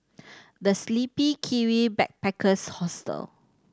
The Sleepy Kiwi Backpackers Hostel